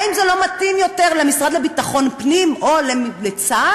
האם זה לא מתאים יותר למשרד לביטחון פנים או לצה"ל?